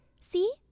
See